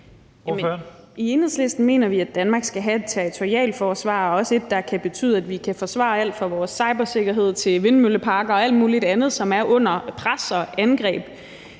I Enhedslisten mener vi, at Danmark skal have et territorialt forsvar og også et, der betyder, at vi kan forsvare alt fra vores cybersikkerhed til vindmølleparker og alt muligt andet, som er under pres og angreb.